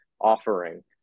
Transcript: offering